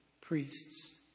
priests